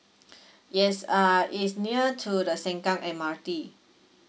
yes uh is near to the sengkang M_R_T